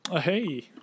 Hey